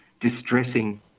distressing